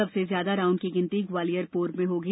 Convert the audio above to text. सबसे ज्यादा राउंड की गिनती ग्वालियर पूर्व में होगी